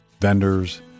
vendors